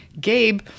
Gabe